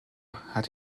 hat